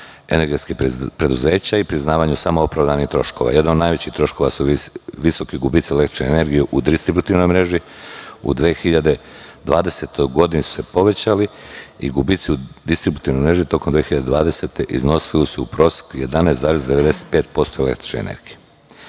energetskih preduzeća i priznavanju samo opravdanih troškova. Jedan od najvećih troškova su visoki gubici električne energije u distributivnoj mreži, u 2020. godini su se povećali i gubiti u distributivnoj mreži tokom 2020. godine iznosili su u proseku 11,95% električne energije.